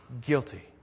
Guilty